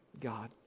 God